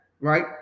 right